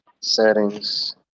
Settings